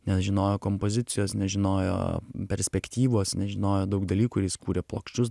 nežinojo kompozicijos nežinojo perspektyvos nežinojo daug dalykų ir jis kūrė plokščius